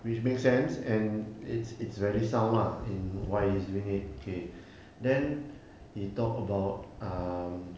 which makes sense and it's it's very sound lah in why he's doing it okay then he talk about um